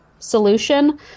solution